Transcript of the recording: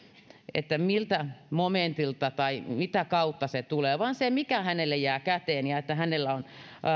miltä momentilta tai mitä kautta se tulee vaan se mikä hänelle jää käteen ja että hänellä on